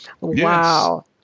wow